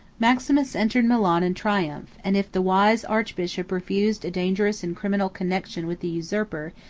maximus entered milan in triumph and if the wise archbishop refused a dangerous and criminal connection with the usurper,